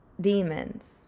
demons